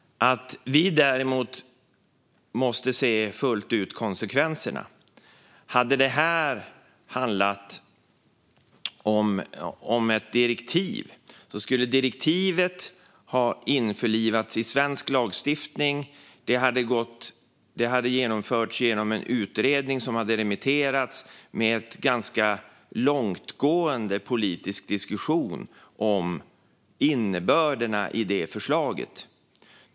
Däremot måste vi fullt ut kunna se konsekvenserna. Hade detta handlat om ett direktiv skulle direktivet ha införlivats i svensk lagstiftning. Det hade genomförts genom en utredning som hade remitterats med en ganska långtgående politisk diskussion om innebörderna i förslaget.